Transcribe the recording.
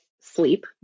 sleep